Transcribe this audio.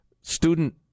Student